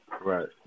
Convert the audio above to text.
Right